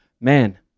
man